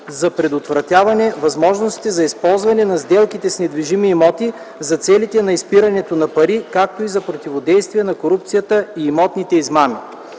за предотвратяване възможностите за използване на сделките с недвижими имоти за целите на изпирането на пари, както и за противодействие на корупцията и имотните измами.